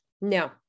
No